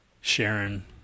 Sharon